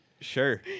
Sure